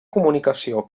comunicació